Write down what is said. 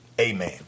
Amen